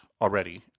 already